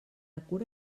cura